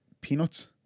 Peanuts